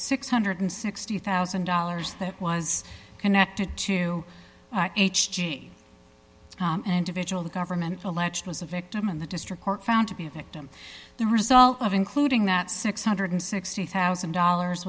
six hundred and sixty thousand dollars that was connected to h g and individual the government alleged was a victim in the district court found to be a victim the result of including that six hundred and sixty thousand dollars